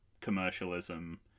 commercialism